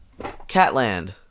Catland